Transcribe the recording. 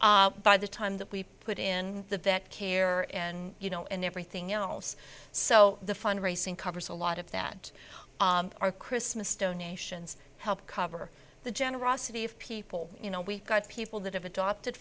by the time that we put in the vet care and you know and everything else so the fundraising covers a lot of that are christmas donations help cover the generosity of people you know we've got people that have adopted